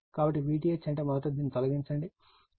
కాబట్టి vTh అంటే మొదట దీన్ని తొలగించండి